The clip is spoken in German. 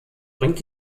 bringt